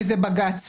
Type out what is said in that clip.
וזהו בג"ץ.